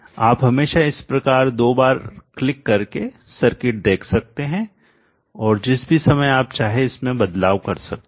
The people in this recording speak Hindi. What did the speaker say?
आप हमेशा इस पर दो बार क्लिक करके सर्किट देख सकते हैं और जिस भी समय आप चाहे इसमें बदलाव कर सकते हैं